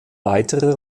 weitere